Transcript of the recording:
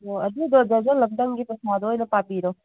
ꯑꯣ ꯑꯗꯨꯗꯣ ꯗꯔꯖꯟ ꯑꯃꯇꯪꯒꯤ ꯄꯩꯁꯥꯗ ꯑꯣꯏꯅ ꯄꯥꯕꯤꯔꯣ